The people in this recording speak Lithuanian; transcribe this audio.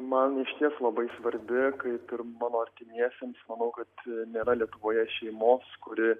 man išties labai svarbi kaip ir mano artimiesiems manau kad nėra lietuvoje šeimos kuri